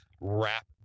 wrap